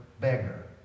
beggar